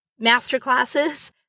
masterclasses